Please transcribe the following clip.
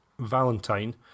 Valentine